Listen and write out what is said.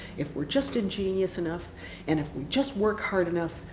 if we're just ingenious enough and if we just work hard enough,